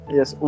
Yes